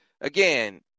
again